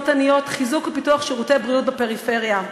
עניות וחיזוק ופיתוח שירותי בריאות בפריפריה.